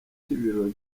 cy’ibirori